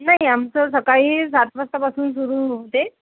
नाही आमचं सकाळी सात वाजतापासून सुरू होते